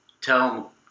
tell